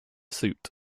suit